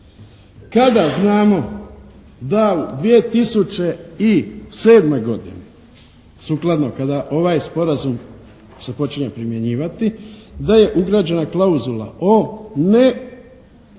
Kada znamo da u 2007. godini sukladno kada ovaj sporazum se počinje primjenjivati, da je ugrađena klauzula o nesubvencioniranju